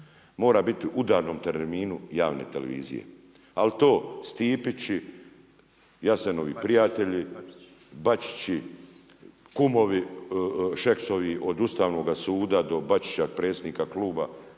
mora biti u udarnom terminu javne televizije ali to Stipići, Jasenovi prijatelji, Bačići, kumovi Šeksovi od Ustavnoga suda do Bačića predsjednika kluba,